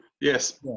yes